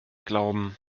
glauben